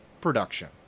production